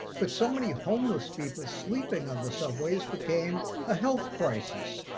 but so many homeless people sleeping on the subways became a health crisis.